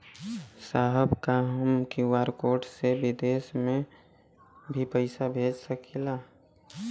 साहब का हम क्यू.आर कोड से बिदेश में भी पैसा भेज सकेला?